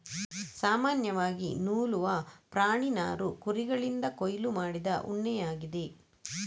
ಸಾಮಾನ್ಯವಾಗಿ ನೂಲುವ ಪ್ರಾಣಿ ನಾರು ಕುರಿಗಳಿಂದ ಕೊಯ್ಲು ಮಾಡಿದ ಉಣ್ಣೆಯಾಗಿದೆ